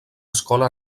escola